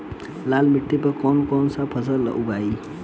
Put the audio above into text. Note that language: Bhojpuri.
लाल मिट्टी पर कौन कौनसा फसल उगाई?